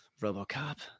RoboCop